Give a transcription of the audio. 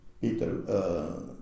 Peter